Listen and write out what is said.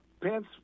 Pence